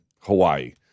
Hawaii